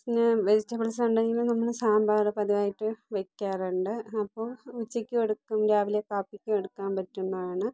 പിന്നെ വെജിറ്റബിൾസ് ഉണ്ടെങ്കിൽ നമ്മൾ സാമ്പാർ പതിവായിട്ട് വെക്കാറുണ്ട് അപ്പോൾ ഉച്ചക്ക് എടുക്കും രാവിലെ കാപ്പിക്കും എടുക്കാൻ പറ്റുന്നതാണ്